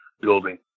building